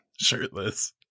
Shirtless